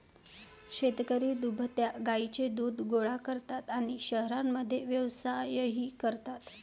शेतकरी दुभत्या गायींचे दूध गोळा करतात आणि शहरांमध्ये व्यवसायही करतात